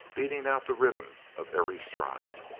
beating out the rhythm of every stride.